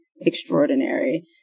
extraordinary